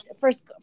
first